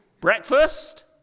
Breakfast